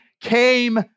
came